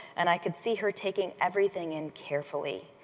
and i could see her taking everything in carefully.